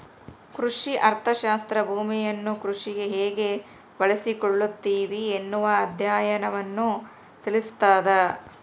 ಕೃಷಿ ಅರ್ಥಶಾಸ್ತ್ರ ಭೂಮಿಯನ್ನು ಕೃಷಿಗೆ ಹೇಗೆ ಬಳಸಿಕೊಳ್ಳುತ್ತಿವಿ ಎನ್ನುವ ಅಧ್ಯಯನವನ್ನು ತಿಳಿಸ್ತಾದ